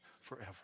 forever